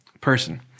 person